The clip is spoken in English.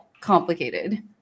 complicated